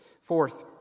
Fourth